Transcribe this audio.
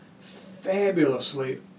fabulously